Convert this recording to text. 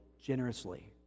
generously